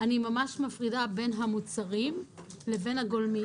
אני ממש מפרידה בין המוצרים לבין הגולמי.